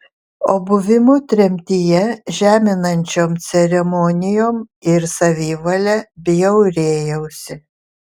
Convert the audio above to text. o buvimu tremtyje žeminančiom ceremonijom ir savivale bjaurėjausi